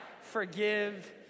forgive